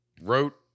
wrote